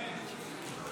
סעיפים 6 ו-7,